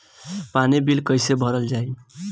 पानी बिल कइसे भरल जाई?